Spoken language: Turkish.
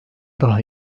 daha